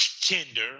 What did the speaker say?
Tinder